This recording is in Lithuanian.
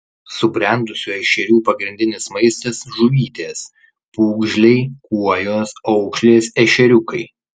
subrendusių ešerių pagrindinis maistas žuvytės pūgžliai kuojos aukšlės ešeriukai